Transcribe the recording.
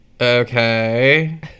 Okay